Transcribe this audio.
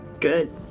good